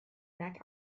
back